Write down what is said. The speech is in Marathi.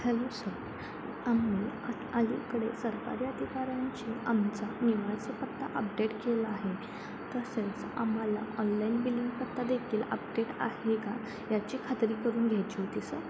हॅलो सर आम्ही अलीकडे सरकारी अधिकाऱ्यांशी आमचा निवासी पत्ता अपडेट केला आहे तसेच आम्हाला ऑनलाईन बिलिंग पत्तादेखील अपडेट आहे का याची खात्री करून घ्यायची होती सर